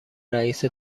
رئیس